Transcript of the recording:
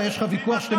אתה, יש לך ויכוח שאתם